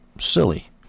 silly